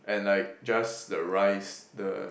and like just the rice the